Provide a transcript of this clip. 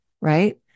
right